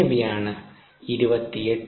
എന്നിവയാണ് 28